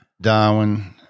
Darwin